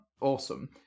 awesome